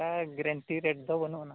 ᱟᱨ guarantee rate ᱫᱚ ᱵᱟᱹᱱᱩᱜ ᱟᱱᱟᱝ